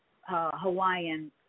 Hawaiian